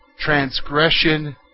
Transgression